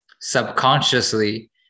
subconsciously